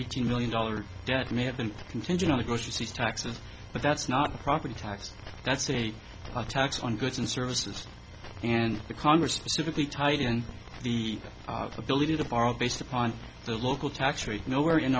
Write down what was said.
eighteen million dollars debt may have been contingent on approaches these taxes but that's not a property tax that's a a tax on goods and services and the congress specifically tied in the ability to borrow based upon the local tax rate no where in